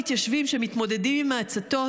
המתיישבים שמתמודדים עם ההצתות,